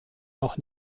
noch